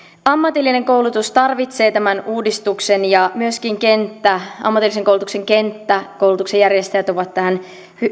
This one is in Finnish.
ammatillinen koulutus tarvitsee tämän uudistuksen ja myöskin ammatillisen koulutuksen kenttä koulutuksen järjestäjät ovat tähän